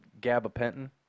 gabapentin